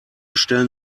stellen